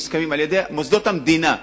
מוסכמים על-ידי מוסדות המדינה,